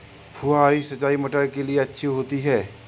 फुहारी सिंचाई मटर के लिए अच्छी होती है?